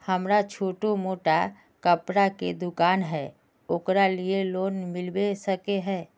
हमरा छोटो मोटा कपड़ा के दुकान है ओकरा लिए लोन मिलबे सके है?